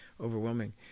overwhelming